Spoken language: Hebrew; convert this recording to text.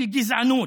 של גזענות,